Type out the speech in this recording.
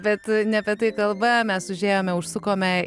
bet ne apie tai kalba mes užėjome užsukome